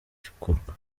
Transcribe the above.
gikorwa